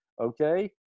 okay